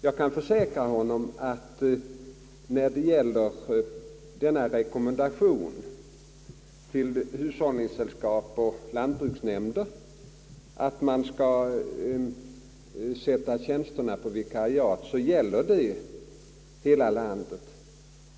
Jag kan försäkra honom att rekommendationen till hushållningssällskap och lantbruksnämnder att tillsätta tjänsterna på vikariat gäller hela landet.